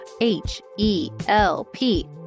H-E-L-P